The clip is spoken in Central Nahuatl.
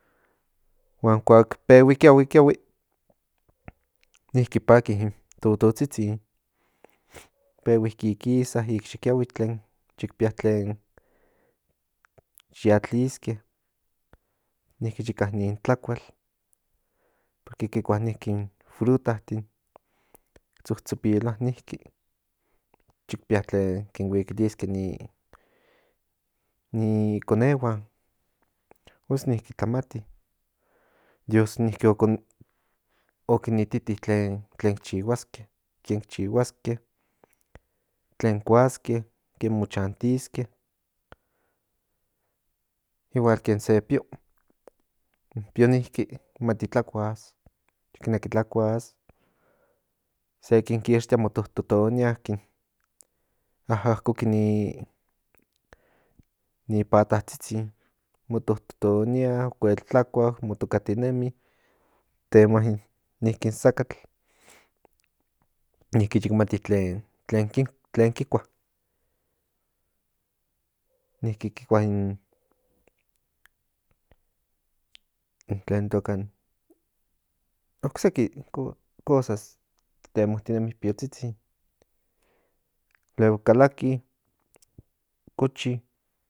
Cuac pegui kiahui kiahui niki paki in totozhizhin pegui kikisa nic yi kiahui tlen yic pía tlen yi atliske niki yeca nin tlacual porque kin in frutatin shoshopiloa niki yicpia tlen kin huikilisque ni conehuan pos niki tlamati dios niki ocon okinititi tlen chihuasque wuen chihuasque tlen cuasque inmoshasntisque igual que se pio kin pía niki mati tlacuas yineki tlacuas sé kin kixtia mototonia kin aacoki ni ni patazhizhin mototonia cuell tlacua motocatinemi temoa niki in zacatl niki yecmati tken tlen kicua niki kicuan in in tlenitoca noc seki cosas temotinemi piozhizjin luego calaki cochi.